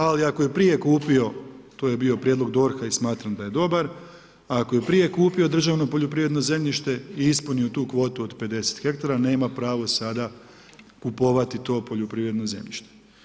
Ali ako je prije kupio, to je bio prijedlog DORH-a i smatram da je dobar, ako je prije kupio državno poljoprivredno zemljište i ispunio tu kvotu od 50 ha nema pravo sada kupovati to poljoprivredno zemljište.